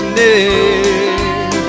name